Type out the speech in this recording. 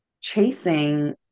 chasing